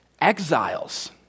exiles